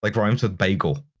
like rhymes with bagel.